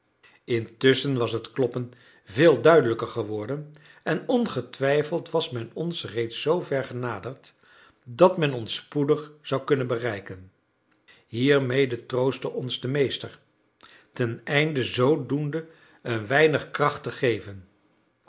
intusschen was het kloppen veel duidelijker geworden en ongetwijfeld was men ons reeds zoover genaderd dat men ons spoedig zou kunnen bereiken hiermede troostte ons de meester teneinde zoodoende een weinig kracht te geven